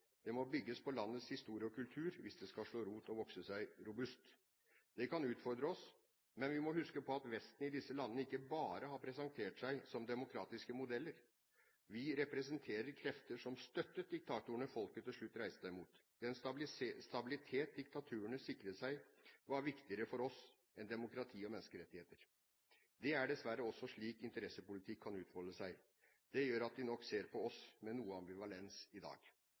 det må bygges på landets historie og kultur, hvis det skal slå rot og vokse seg robust. Det kan utfordre oss. Men vi må huske på at Vesten i disse landene ikke bare har presentert seg som demokratiske modeller. Vi representerer krefter som støttet diktatorene folket til slutt reiste seg imot. Den stabilitet diktaturet sikret seg, var viktigere for oss enn demokrati og menneskerettigheter. Det er dessverre også slik interessepolitikk kan utfolde seg. Det gjør at de nok ser på oss med noe ambivalens i dag.